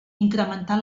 incrementar